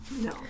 No